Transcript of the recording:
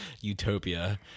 utopia